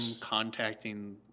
contacting